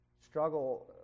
struggle